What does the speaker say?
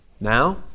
Now